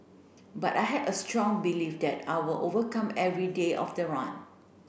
but I had a strong belief that I will overcome every day of the run